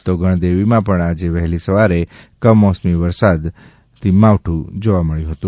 તો ગણદેવીમાં પણ આજે વહેલી સવારે કમોસમી વરસાદી માવઠુ પડ્યુ હતુ